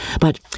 But